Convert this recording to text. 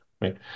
right